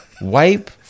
wipe